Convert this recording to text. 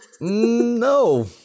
No